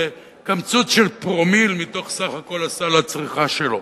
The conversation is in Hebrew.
קמצוץ של פרומיל מסך כל סל הצריכה שלו.